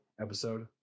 episode